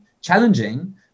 challenging